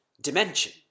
dimension